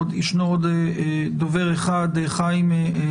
לפני שאסכם ישנה משתתפת אחת שהמתינה כל הדיון